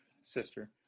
sister